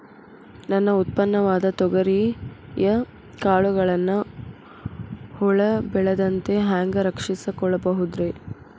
ನನ್ನ ಉತ್ಪನ್ನವಾದ ತೊಗರಿಯ ಕಾಳುಗಳನ್ನ ಹುಳ ಬೇಳದಂತೆ ಹ್ಯಾಂಗ ರಕ್ಷಿಸಿಕೊಳ್ಳಬಹುದರೇ?